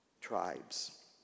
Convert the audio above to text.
tribes